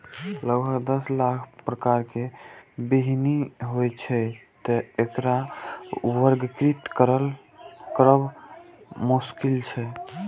लगभग दस लाख प्रकारक बीहनि होइ छै, तें एकरा वर्गीकृत करब मोश्किल छै